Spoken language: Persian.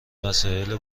مسائل